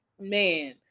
man